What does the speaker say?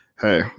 hey